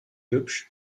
hübsch